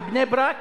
בבני-ברק,